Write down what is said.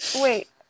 wait